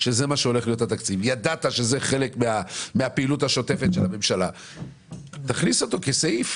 לצורך צמצום פערים בחברה הערבית, בסדר.